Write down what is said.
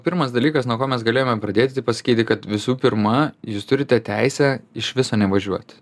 pirmas dalykas nuo ko mes galėjome pradėti tai pasakyti kad visų pirma jūs turite teisę iš viso nevažiuoti